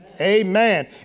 Amen